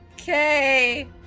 Okay